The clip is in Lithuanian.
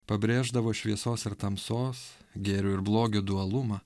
pabrėždavo šviesos ir tamsos gėrio ir blogio dualumą